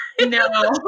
No